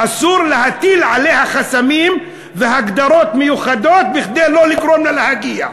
אסור להטיל עליה חסמים והגדרות מיוחדות כדי שלא לאפשר לה להגיע.